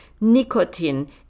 nicotine